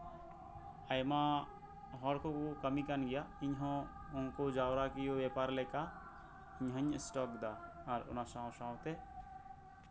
ᱟᱭᱢᱟ ᱦᱚᱲ ᱠᱩᱜᱮ ᱠᱩ ᱠᱟᱹᱢᱤ ᱠᱟᱱ ᱜᱮᱭᱟ ᱤᱧ ᱦᱚᱸ ᱩᱱᱠᱩ ᱡᱟᱣᱨᱟᱠᱤᱭᱟᱹ ᱵᱮᱯᱟᱨ ᱞᱮᱠᱟ ᱤᱧᱦᱩᱸᱧ ᱥᱴᱚᱠ ᱮᱫᱟ ᱟᱨ ᱚᱱᱟ ᱥᱟᱶᱼᱥᱟᱶᱛᱮ